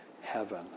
heaven